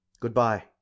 Goodbye